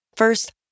First